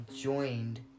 joined